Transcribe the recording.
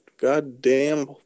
goddamn